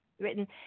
written